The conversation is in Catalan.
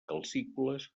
calcícoles